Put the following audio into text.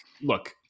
look